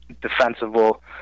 defensible